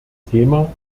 thema